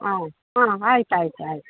ಹಾಂ ಹಾಂ ಆಯ್ತು ಆಯ್ತು ಆಯ್ತು